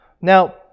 Now